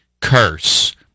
curse